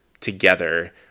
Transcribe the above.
together